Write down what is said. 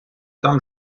там